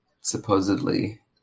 supposedly